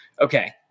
Okay